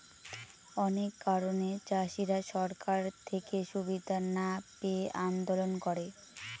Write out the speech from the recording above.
অনেক কারণে চাষীরা সরকার থেকে সুবিধা না পেয়ে আন্দোলন করে